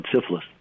syphilis